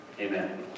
Amen